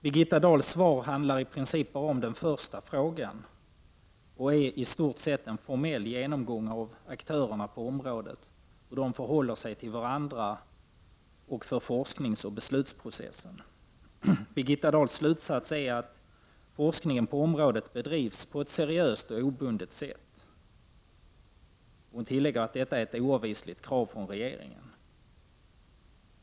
Birgitta Dahls svar handlar i princip bara om den första frågan och är i stort sett en formell genomgång av aktörerna på området och hur de förhåller sig till varandra, och av forskningsoch beslutsprocessen. Birgitta Dahls slutsats är att forskningen på området bedrivs på ett seriöst och obundet sätt. Hon tillägger att detta är ett oavvisligt krav från regeringen.